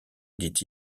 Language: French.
dit